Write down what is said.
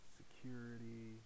security